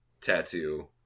tattoo